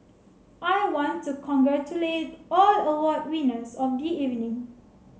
I want to congratulate all award winners of the evening